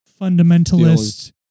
fundamentalist